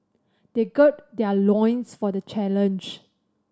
they gird their loins for the challenge